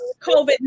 COVID